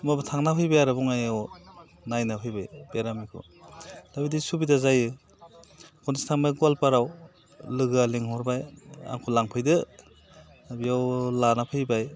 होम्बाबो थांनानै फैबाय आरो बङाइगावआव नायना फैबाय बेरामिखौ बेबायदि सुबिदा जायो खनसे थांदों गवालपारायाव लोगोआ लेंहरबाय आंखौ लांफैदो बेयाव लाना फैबाय